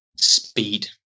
speed